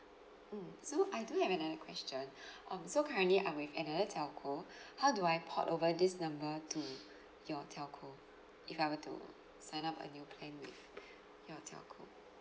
mm so I do have another question um so currently I'm with another telco how do I port over this number to your telco if I were to sign up a new plan with your telco